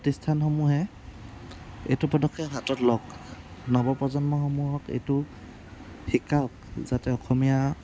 প্ৰতিষ্ঠানসমূহে এইটো পদক্ষেপ হাতত লওক নৱপ্ৰজন্মসমূহক এইটো শিকাওক যাতে অসমীয়া